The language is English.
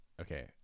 Okay